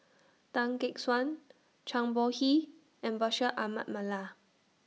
Tan Gek Suan Zhang Bohe and Bashir Ahmad Mallal